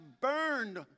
burned